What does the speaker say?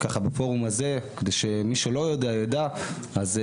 בפורום הזה, כדי שמי שלא יודע יידע, אני